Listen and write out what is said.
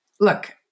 Look